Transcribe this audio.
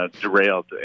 derailed